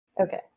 Okay